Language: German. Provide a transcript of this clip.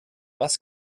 was